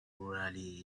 orally